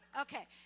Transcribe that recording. Okay